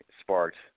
sparked